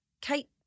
Kate